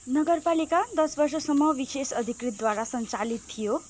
नगरपालिका दस वर्षसम्म विशेष अधिकृतद्वारा सञ्चालित थियो